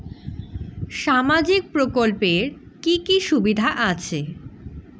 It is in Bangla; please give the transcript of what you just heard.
সামাজিক প্রকল্পের কি কি সুবিধা আছে?